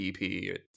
EP